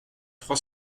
trois